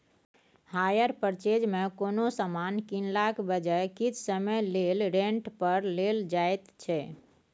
hire purchase मे कोनो समान कीनलाक बजाय किछ समय लेल रेंट पर लेल जाएत छै